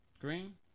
Green